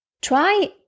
Try